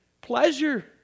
Pleasure